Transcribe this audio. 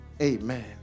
Amen